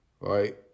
right